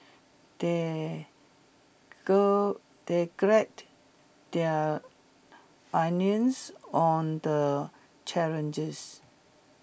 they they their onions on the challenges